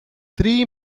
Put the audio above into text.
three